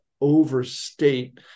overstate